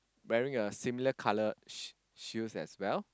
wearing a similar coloured sh~ shoes as well